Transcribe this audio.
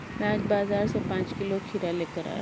मैं आज बाजार से पांच किलो खीरा लेकर आया